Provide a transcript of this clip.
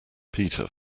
peter